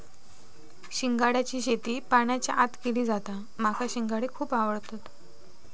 शिंगाड्याची शेती पाण्याच्या आत केली जाता माका शिंगाडे खुप आवडतत